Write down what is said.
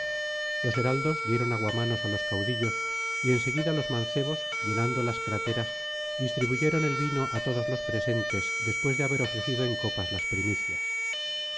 los heraldos dieron aguamanos á los caudillos y en seguida los mancebos llenando las cs distribuyeron el vino á todos los presentes después de haber ofrecido en copas las primicias